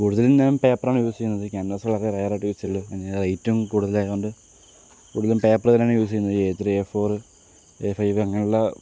കൂടുതലും ഞാൻ പേപ്പറാണ് യൂസ് ചെയ്യുന്നത് ക്യാൻവാസ് വളരെ റെയർ ആയിട്ടേ യൂസ് ചെയ്യുള്ളൂ പിന്നെ റേയ്റ്റും കൂടുതലായോണ്ട് കൂടുതലും പേപ്പർ തന്നെയാണ് യൂസ് ചെയ്യുന്നത് A three A four A five അങ്ങനെയുള്ള